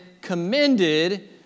commended